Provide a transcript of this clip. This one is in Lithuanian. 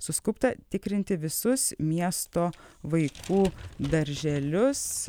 suskubta tikrinti visus miesto vaikų darželius